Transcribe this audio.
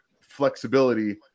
flexibility